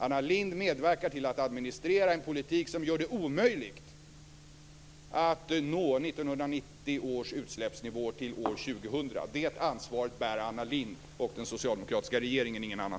Anna Lindh medverkar till att administrera en politik som gör det omöjligt att nå 1990 års utsläppsnivå till år 2000. Det ansvaret bär Anna Lindh och den socialdemokratiska regeringen, ingen annan.